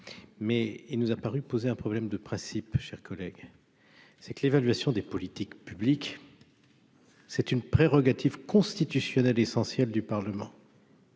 mais il nous a paru poser un problème de principe, chers collègues, c'est que l'évaluation des politiques publiques, c'est une prérogative constitutionnelle essentiel du Parlement.